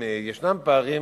אם ישנם פערים,